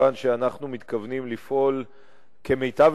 וכיוון שאנחנו מתכוונים לפעול כמיטב